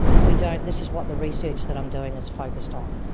we don't, and this is what the research that i'm doing is focused on.